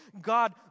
God